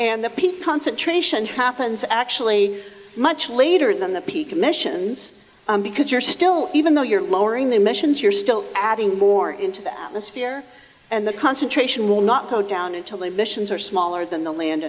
and the peak concentration happens actually much later than the peak emissions because you're still even though you're lowering the emissions you're still adding more into the atmosphere and the concentration will not go down until the emissions are smaller than the land